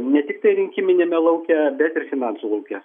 ne tiktai rinkiminiame lauke bet ir finansų lauke